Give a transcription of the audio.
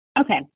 Okay